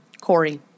Corey